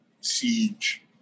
siege